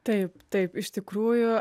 taip taip iš tikrųjų